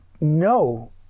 no